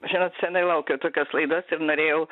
žinot seniai laukiau tokios laidos ir norėjau